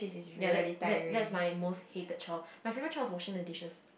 ya that that that's my most hated chore my favourite chore is washing the dishes